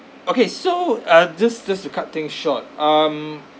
okay so uh just just to cut things short um